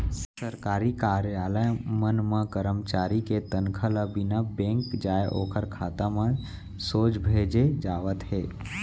सरकारी कारयालय मन म करमचारी के तनखा ल बिना बेंक जाए ओखर खाता म सोझ भेजे जावत हे